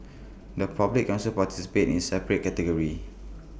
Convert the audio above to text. the public can also participate in A separate category